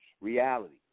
reality